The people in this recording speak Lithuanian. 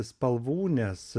spalvų nes